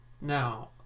Now